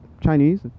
Chinese